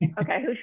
okay